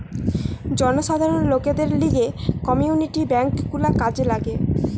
জনসাধারণ লোকদের লিগে কমিউনিটি বেঙ্ক গুলা কাজে লাগে